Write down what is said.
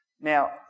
Now